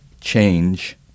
change